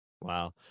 wow